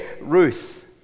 Ruth